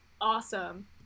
awesome